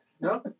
no